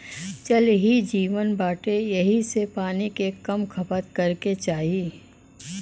जल ही जीवन बाटे एही से पानी के कम खपत करे के चाही